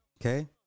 Okay